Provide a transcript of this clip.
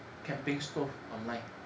camping stove online